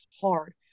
hard